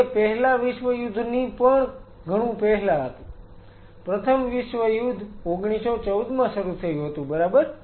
તે પહેલા વિશ્વયુદ્ધની પણ ઘણું પહેલા હતું પ્રથમ વિશ્વયુદ્ધ ઓગણીસો ચૌદમાં શરૂ થયું હતું બરાબર